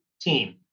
team